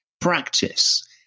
practice